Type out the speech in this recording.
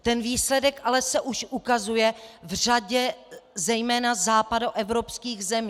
Ten výsledek se už ale ukazuje v řadě zejména západoevropských zemí.